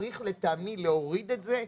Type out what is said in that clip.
צריך לטעמי להוריד את זה,